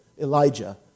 Elijah